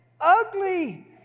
ugly